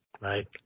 Right